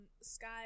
sky